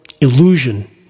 illusion